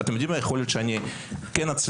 את זה בעצם אולי אני כן אצליח,